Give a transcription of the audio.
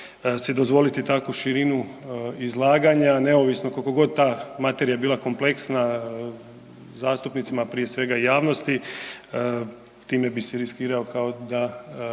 si dozvoliti takvu širinu izlaganja neovisno koliko god ta materija bila kompleksna zastupnicima prije svega i javnosti, time bi si riskirao kao da